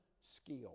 skill